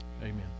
Amen